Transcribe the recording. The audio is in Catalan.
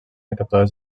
recaptadors